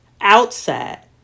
outside